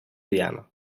diana